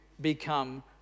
become